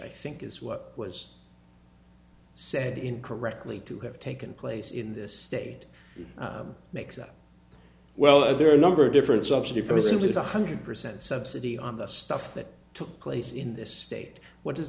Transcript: i think is what was said incorrectly to have taken place in this state makes up well there are a number of different subsidy because it was one hundred percent subsidy on the stuff that took place in this state what does